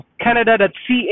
Canada.ca